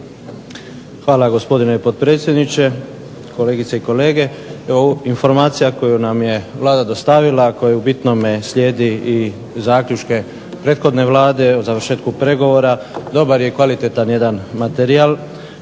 Hvala gospodine potpredsjedniče, kolegice i kolege. Informacija koju nam je Vlada dostavila, a koja u bitnome slijedi i zaključke prethodne Vlade o završetku pregovora dobar je i kvalitetan jedan materijal